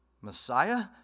Messiah